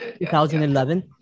2011